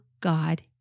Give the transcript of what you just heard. God